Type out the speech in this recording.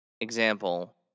example